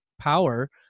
power